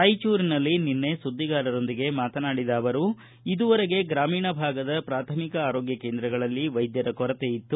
ರಾಯಚೂರಿನಲ್ಲಿ ನಿನ್ನೆ ಸುದ್ವಿಗಾರರೊಂದಿಗೆ ಮಾತನಾಡಿದ ಅವರು ಇಲ್ಲಿಯವರೆಗೆ ಗ್ರಾಮೀಣ ಭಾಗದ ಪ್ರಾಥಮಿಕ ಆರೋಗ್ಕ ಕೇಂದ್ರಗಳಲ್ಲಿ ವೈದ್ಧರ ಕೊರತೆ ಇತ್ತು